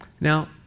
Now